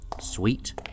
Sweet